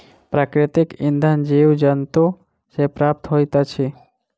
प्राकृतिक इंधन जीव जन्तु सॅ प्राप्त होइत अछि